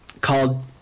called